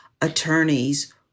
attorneys